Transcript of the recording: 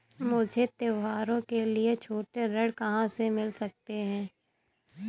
मुझे त्योहारों के लिए छोटे ऋण कहाँ से मिल सकते हैं?